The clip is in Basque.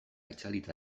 itzalita